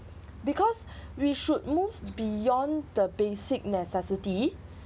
because we should move beyond the basic necessity